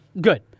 good